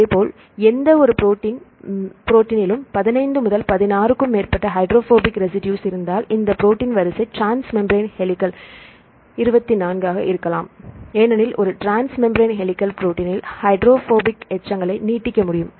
அதேபோல் எந்த ஒரு ப்ரோட்டீன் இலும் 15 முதல் 16க்கும் மேற்பட்ட ஹைட்ரோபோனிக் ரேசிடுஸ் இருந்தால் இந்த புரோட்டின் வரிசை டிரான்ஸ்மேம்பிரேன் ஹெலிகல் 24 இருக்கலாம் ஏனெனில் ஒரு டிரான்ஸ்மேம்பிரேன் ஹெலிகல் புரோட்டின் இல் ஹைட்ரோபோனிக் எச்சங்களை நீட்டிக்க முடியும்